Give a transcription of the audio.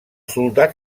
soldats